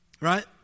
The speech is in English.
right